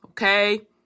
Okay